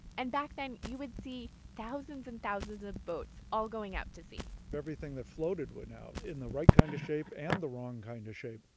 and back then, you would see thousands and thousands of boats all going out to sea everything that floated went out, in the right kind of shape and the wrong kind of shape.